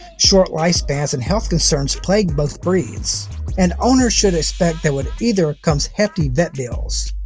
short life spans and health concerns plague both breeds and owners should expect that with either comes hefty vet bills.